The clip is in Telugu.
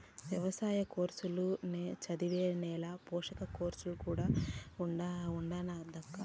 ఎవసాయ కోర్సుల్ల నే చదివే నేల పోషణ కోర్సు కూడా ఉండాదక్కా